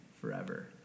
forever